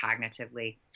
cognitively